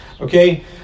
okay